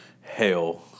hell